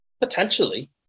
Potentially